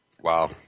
Wow